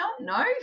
no